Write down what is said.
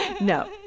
no